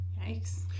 Yikes